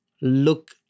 Look